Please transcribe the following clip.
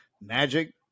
Magic